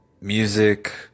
music